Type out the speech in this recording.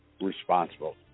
responsible